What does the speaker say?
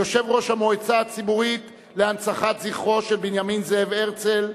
יושב-ראש המועצה הציבורית להנצחת זכרו של בנימין זאב הרצל,